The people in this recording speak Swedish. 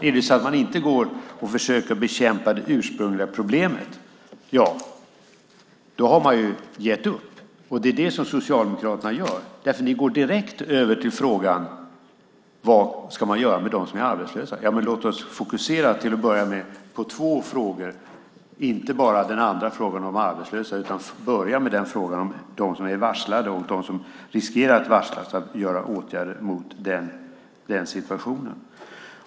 Försöker man inte bekämpa det ursprungliga problemet har man gett upp. Det är det som Socialdemokraterna gör. Ni går direkt över till frågan vad man ska göra med dem som är arbetslösa. Låt oss till en början fokusera på två frågor, inte bara på den andra frågan om de arbetslösa. Börja med frågan om dem som är varslade och riskerar att varslas och åtgärder mot den situationen!